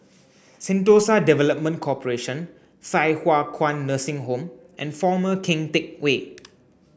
Sentosa Development Corporation Thye Hua Kwan Nursing Home and Former Keng Teck Whay